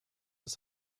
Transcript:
das